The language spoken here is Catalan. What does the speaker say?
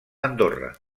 andorra